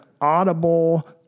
audible